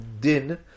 din